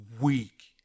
weak